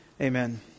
Amen